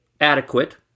adequate